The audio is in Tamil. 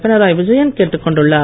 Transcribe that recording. பினராய் விஜயன் கேட்டுக் கொண்டுள்ளார்